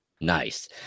Nice